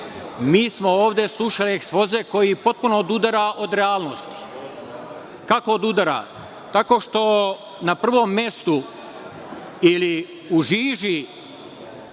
mi smo ovde slušali ekspoze koji potpuno odudara od realnosti. Kako odudara? Tako što na prvom mestu ili u žiži